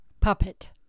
Puppet